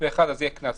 יהיה קנס.